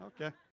Okay